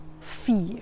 fear